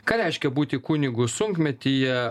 ką reiškia būti kunigu sunkmetyje